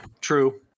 true